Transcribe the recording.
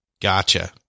Gotcha